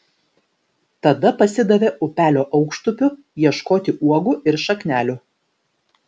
tada pasidavė upelio aukštupiu ieškoti uogų ir šaknelių